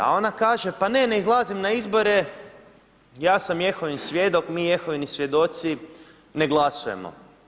A ona kaže, pa ne, ne izlazim na izbore, ja sam Jehovin svjedok, mi Jehovini svjedoci ne glasujemo.